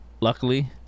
luckily